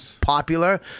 popular